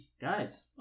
Guys